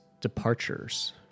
Departures